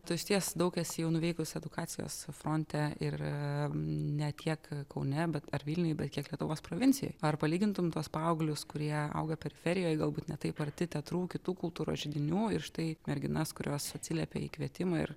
tu išties daug esi jau nuveikus edukacijos fronte ir ne tiek kaune bet ar vilniuj bet kiek lietuvos provincijoj ar palygintum tuos paauglius kurie auga periferijoj galbūt ne taip arti teatrų kitų kultūros židinių ir štai merginas kurios atsiliepė į kvietimą ir